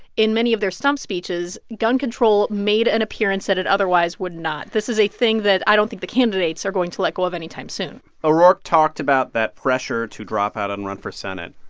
in many of their stump speeches, gun control made an appearance that it otherwise would not. this is a thing that i don't think the candidates are going to let go of anytime soon o'rourke talked about that pressure to drop out and run for senate.